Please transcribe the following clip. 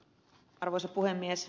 arvoisa puhemies